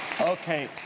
Okay